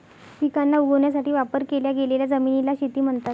पिकांना उगवण्यासाठी वापर केल्या गेलेल्या जमिनीला शेती म्हणतात